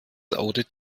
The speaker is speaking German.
audit